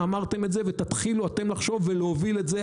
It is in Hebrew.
שאמרתם את זה ותתחילו אתם לחשוב ולהוביל את זה,